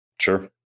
Sure